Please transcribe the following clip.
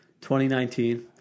2019